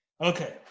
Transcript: Okay